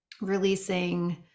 releasing